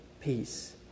peace